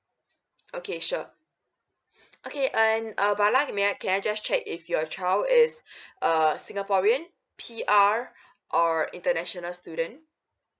okay sure okay and uh bala may I can I just check if your child is a singaporean P_R or international student